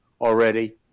already